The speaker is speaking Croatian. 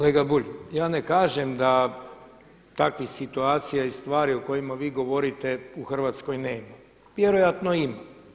Kolega Bulj, ja ne kažem da takvih situacija i stvari o kojima vi govorite u Hrvatskoj nema, vjerojatno ima.